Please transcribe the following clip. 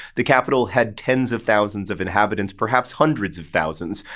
the capital had tens of thousands of inhabitants, perhaps hundreds of thousands.